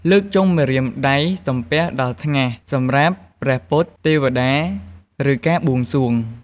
លើកចុងម្រាមដៃសំពះដល់ថ្ងាស សម្រាប់ព្រះពុទ្ធ ទេវតា ឬ ការបួងសួង។